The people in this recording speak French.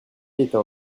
était